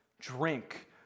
drink